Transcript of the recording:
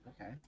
Okay